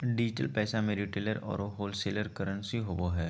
digital पैसा में retailer औरो होलसेलर करंसी होवो हइ